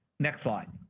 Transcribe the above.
next slide.